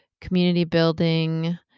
community-building